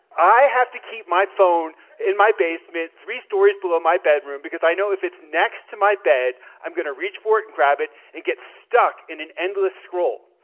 i have to keep my phone in my basement, three stories below my bedroom, because i know if it's next to my bed, i'm going to reach for it, and grab it, and get stuck in an endless scroll.